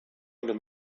under